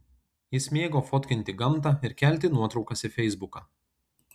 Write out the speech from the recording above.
jis mėgo fotkinti gamtą ir kelti nuotraukas į feisbuką